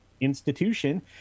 institution